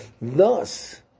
Thus